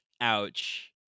Ouch